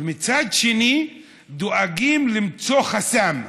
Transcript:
ומצד שני דואגים למצוא חסם.